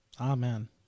amen